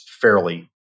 fairly